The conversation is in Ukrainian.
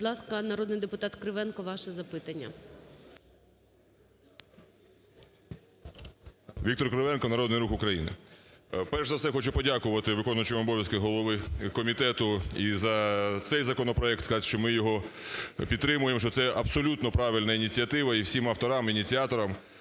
Віктор Кривенко, Народний Рух України. Перш за все, хочу подякувати виконуючому обов'язки голови комітету і за цей законопроект, сказати, що ми його підтримуємо, що це абсолютно правильна ініціатива, і всім авторам, ініціаторам.